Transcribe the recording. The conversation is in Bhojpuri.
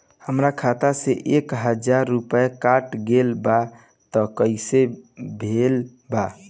हमार खाता से एक हजार रुपया कट गेल बा त कइसे भेल बा?